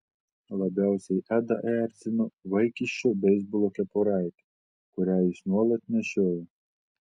labiausiai edą erzino vaikiščio beisbolo kepuraitė kurią jis nuolat nešiojo